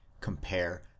Compare